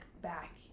Back